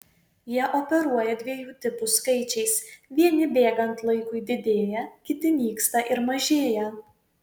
jie operuoja dviejų tipų skaičiais vieni bėgant laikui didėja kiti nyksta ir mažėja